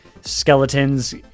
Skeletons